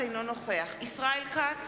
אינו נוכח ישראל כץ,